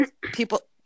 people